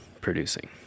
producing